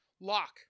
lock